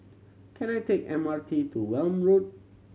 can I take M R T to Welm Road